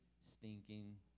stinking